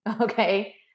Okay